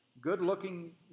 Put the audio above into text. good-looking